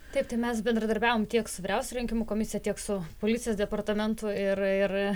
taip tai mes bendradarbiavom tiek su vyriausia rinkimų komisija tiek su policijos departamentu ir ir